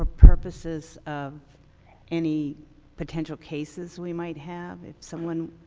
ah purposes of any potential cases we might have. if someone,